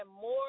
more